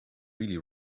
really